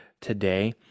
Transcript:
today